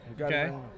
Okay